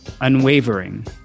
unwavering